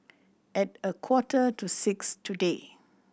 at a quarter to six today